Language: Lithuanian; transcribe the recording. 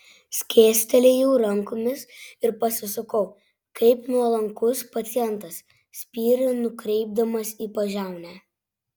skėstelėjau rankomis ir pasisukau kaip nuolankus pacientas spyrį nukreipdamas į pažiaunę